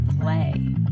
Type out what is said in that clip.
play